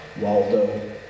Waldo